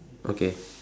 okay